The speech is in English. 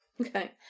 Okay